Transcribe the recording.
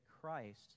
Christ